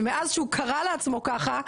שמאז שהוא קרא לעצמו ככה,